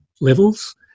levels